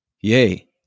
Yay